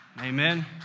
Amen